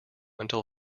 until